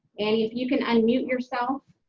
and if you can unmute yourself.